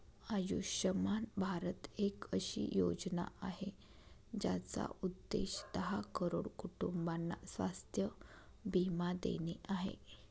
आयुष्यमान भारत एक अशी योजना आहे, ज्याचा उद्देश दहा करोड कुटुंबांना स्वास्थ्य बीमा देणे आहे